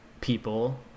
people